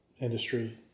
industry